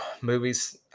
movies